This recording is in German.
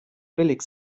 billig